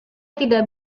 tidak